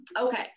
Okay